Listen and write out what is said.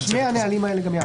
כלומר שני הנהלים האלה גם יחד.